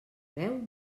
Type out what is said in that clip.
veu